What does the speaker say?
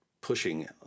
pushing